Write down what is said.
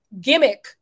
gimmick